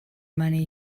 money